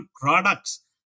products